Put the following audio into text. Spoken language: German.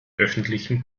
öffentlichen